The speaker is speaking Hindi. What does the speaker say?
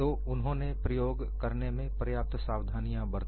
तो उन्होंने प्रयोग करने में पर्याप्त सावधानियां बरती